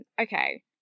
okay